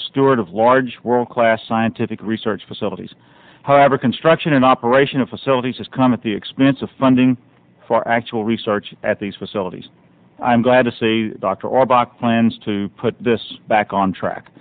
in steward of large world class scientific research facilities however construction and operation of facilities has come at the expense of funding for actual research at these facilities i'm glad to see a doctor or bach plans to put this back on track